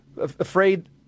afraid